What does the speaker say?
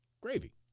Gravy